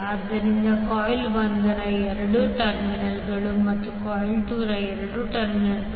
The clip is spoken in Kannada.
ಆದ್ದರಿಂದ ಕಾಯಿಲ್ 1 ರ ಎರಡು ಟರ್ಮಿನಲ್ಗಳು ಮತ್ತು ಕಾಯಿಲ್ 2 ರ ಎರಡು ಟರ್ಮಿನಲ್ಗಳು